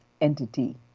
entity